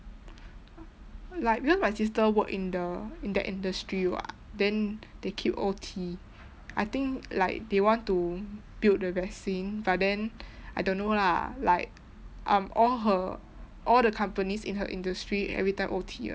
like because my sister work in the in that industry [what] then they keep O_T I think like they want to build the vaccine but then I don't know lah like um all her all the companies in her industry everytime O_T [one]